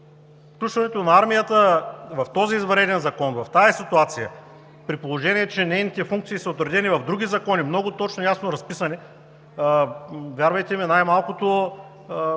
Включването на армията в този извънреден закон, в тази ситуация, при положение че нейните функции са отредени в други закони – много точно и ясно разписани, вярвайте ми, най-малкото